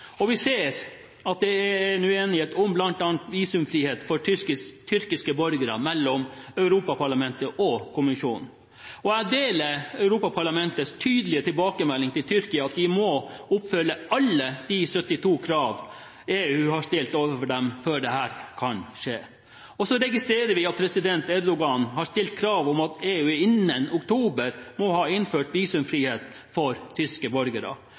Tyrkia. Vi ser at det er uenighet om bl.a. visumfrihet for tyrkiske borgere mellom Europaparlamentet og kommisjonen. Jeg deler Europaparlamentets tydelige tilbakemelding til Tyrkia om at de må oppfylle alle de 72 krav EU har stilt overfor dem, før dette kan skje. Vi registrerer at president Erdogan har stilt krav om at EU innen oktober må ha innført visumfrihet for tyrkiske borgere.